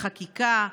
לחקיקה,